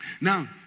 Now